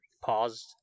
paused